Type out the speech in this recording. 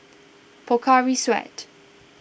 Pocari Sweat